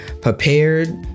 prepared